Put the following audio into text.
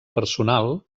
personal